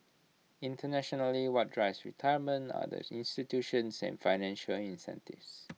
internationally what drives retirement are the institutions and financial incentives